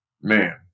man